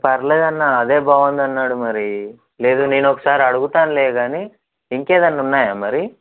పరవాలేదు అన్నా అదే బాగుంది అన్నాడు మరి లేదు నేను ఒకసారి అడుగుతానులే కానీ ఇంకేదైనా ఉన్నాయా మరి